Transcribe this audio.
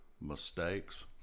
mistakes